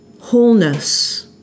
Wholeness